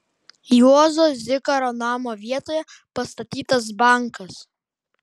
juozo zikaro namo vietoje pastatytas bankas